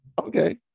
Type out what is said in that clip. Okay